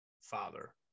father